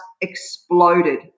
exploded